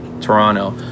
Toronto